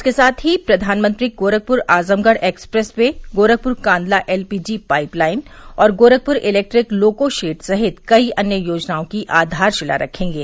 इसके साथ ही प्रधानमंत्री Gorakhpur Azamgarh expressway Gorakhpur Kandla LPG pipeline और गोरखपुर इलेक्ट्रिक लोको शेड सहित कई अन्य योजनाओँ की आघारशिला रखेंगे